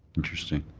interesting.